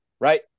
Right